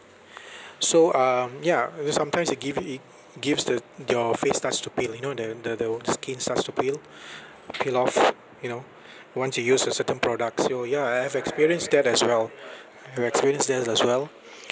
so um ya because sometimes it give i~ gives the your face starts to peel you know the the the skin starts to peel peel off you know once you use a certain products your ya I have experienced that as well I have experienced that as well